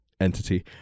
entity